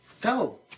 Go